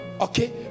okay